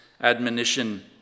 admonition